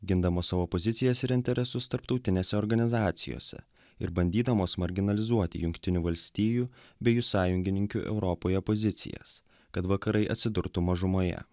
gindamos savo pozicijas ir interesus tarptautinėse organizacijose ir bandydamos marginalizuoti jungtinių valstijų bei jų sąjungininkių europoje pozicijas kad vakarai atsidurtų mažumoje